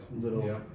little